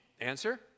Answer